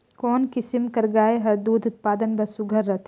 कोन किसम कर गाय हर दूध उत्पादन बर सुघ्घर रथे?